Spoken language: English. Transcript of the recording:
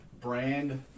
brand